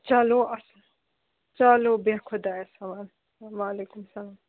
چلو اَس چلو بیٚہہ خۄدایَس سوال وعلیکُم السلام